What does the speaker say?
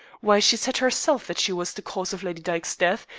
why, she said herself that she was the cause of lady dyke's death,